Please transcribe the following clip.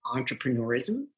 entrepreneurism